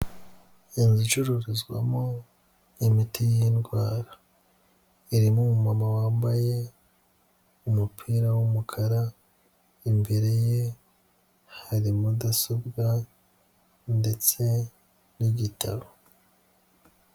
Inzu icururizwamo imiti y'indwara, irimo umumama wambaye umupira w'umukara, imbere ye hari mudasobwa ndetse n'igitabo.